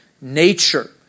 nature